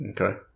Okay